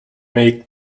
make